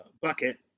Bucket